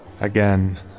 again